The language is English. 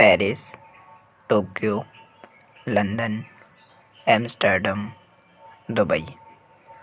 Paris Tokyo London Amsterdam Dubai